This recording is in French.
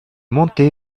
monté